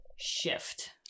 shift